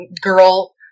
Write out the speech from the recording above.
girl